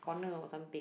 corner or something